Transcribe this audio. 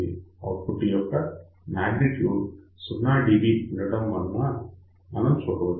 output యొక్క magnitude 0 dBm ఉండటం మనం చూడవచ్చు